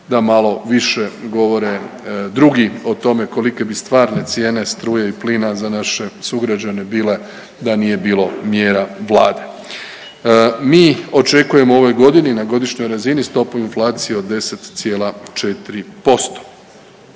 da malo više govore drugi o tome kolike bi stvarne cijene struje i plina za naše sugrađane bile da nije bilo mjera Vlade. Mi očekujemo ove godine na godišnjoj razini stopu inflacije od 10,4%.